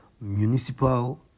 municipal